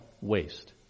waste